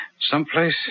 someplace